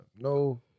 No